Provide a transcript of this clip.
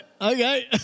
Okay